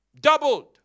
Doubled